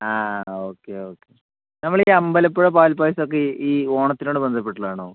ആ okay okay നമ്മളീ അമ്പലപ്പുഴ പാൽപ്പായസമോക്കെ ഈ ഓണത്തിനോട് ബദ്ധപ്പെട്ടിട്ടുള്ളതാണോ